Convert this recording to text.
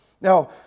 Now